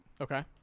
Okay